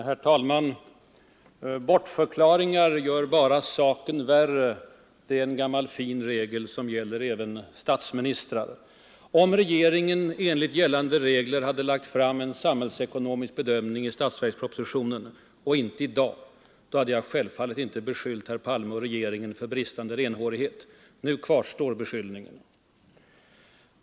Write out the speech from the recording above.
Herr talman! Bortförklaringar gör bara saken värre. Det är en gammal fin regel som gäller även statsministrar. Om regeringen enligt gällande regler hade lagt fram en samhällsekonomisk bedömning i statsverkspropositionen och inte i dag, hade jag självfallet inte skyllt herr Palme och regeringen för bristande renhårighet. Nu kvarstår beskyllningen.